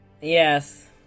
Yes